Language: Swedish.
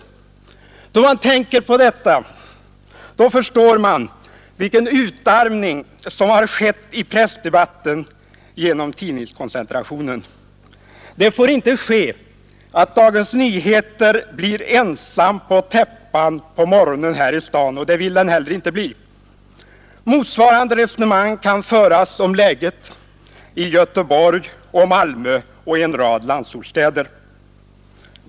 Då man tänker på detta, förstår man vilken utarmning som har skett i pressdebatten genom tidningskoncentrationen. Det får inte ske att Dagens Nyheter blir ensam på täppan på morgonen här i staden, och det vill den heller inte bli. Motsvarande resonemang kan föras om lägena i Göteborg och Malmö och i en rad landsortsstäder.